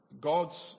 God's